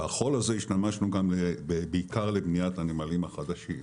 בחול הזה השתמשנו בעיקר לבניית הנמלים החדשים.